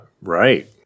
Right